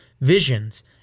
visions